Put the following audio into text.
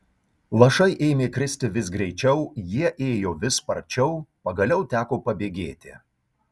lašai ėmė kristi vis greičiau jie ėjo vis sparčiau pagaliau teko pabėgėti